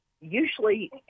Usually